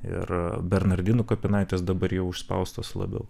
ir bernardinų kapinaitės dabar jau užspaustos labiau